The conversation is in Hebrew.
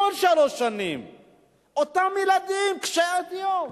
אותם ילדים קשי-יום.